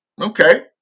okay